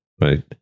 Right